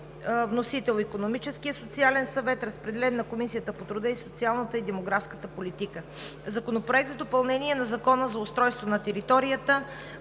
Вносител – Икономическият и социален съвет. Разпределен е на Комисията по труда и социалната и демографска политика. Законопроект за допълнение на Закона за устройство на територията.